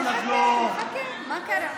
אז נחכה, נחכה, מה קרה?